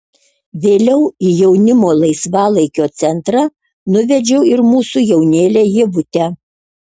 vėliau į jaunimo laisvalaikio centrą nuvedžiau ir mūsų jaunėlę ievutę